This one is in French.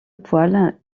poils